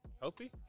Healthy